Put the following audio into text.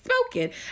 smoking